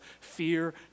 fear